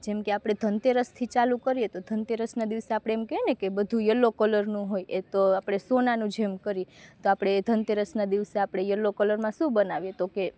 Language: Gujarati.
જેમકે આપણે ધનતેરસથી ચાલુ કરીએ તો ધનતેરસના દિવસે આપણે એમ કહીએ ને કે બધુ યલ્લો કલરનું હોય એ તો આપણે સોનાનું છે એમ કરી તો આપણે ધનતેરસના દિવસે આપણે યલ્લો કલરમાં શું બનાવીએ તો કે